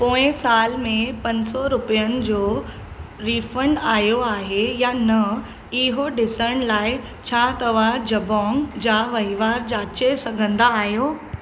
पोएं साल में पंज सौ रुपियनि जो रीफंड आयो आहे या न इहो ॾिसण लाइ छा तव्हां जबोंग जा वहिंवार जाचे सघंदा आहियो